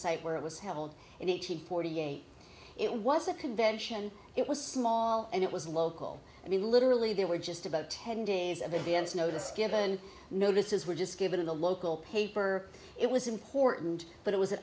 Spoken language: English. site where it was held in eight hundred forty eight it was a convention it was small and it was local i mean literally there were just about ten days of advance notice given notices were just given in the local paper it was important but it was